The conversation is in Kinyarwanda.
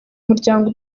muryango